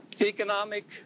economic